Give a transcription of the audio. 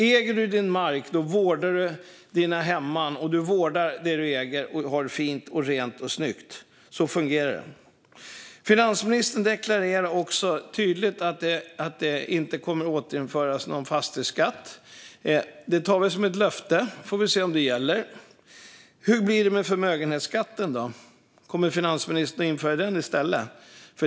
Äger du din mark vårdar du dina hemman och det du äger, och du har det fint och rent och snyggt. Så fungerar det. Finansministern deklarerar också tydligt att det inte kommer att återinföras någon fastighetsskatt. Det tar vi som ett löfte. Vi får se om det gäller. Hur blir det med förmögenhetsskatten? Kommer finansministern att införa den i stället?